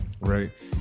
Right